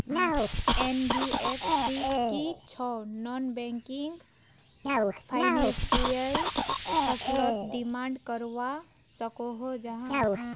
NBFC की छौ non banking financial फसलोत डिमांड करवा सकोहो जाहा?